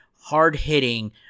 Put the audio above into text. hard-hitting